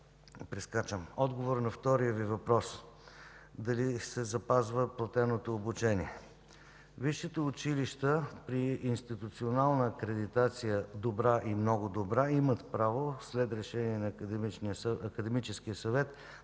съвет. Отговорът на втория Ви въпрос – дали се запазва платеното обучение? Висшите училища при институционална акредитация „добра” и „много добра” имат право след решение на Академическия съвет да извършват